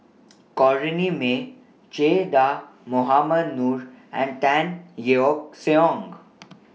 Corrinne May Che Dah Mohamed Noor and Tan Yeok Seong